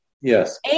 yes